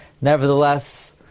nevertheless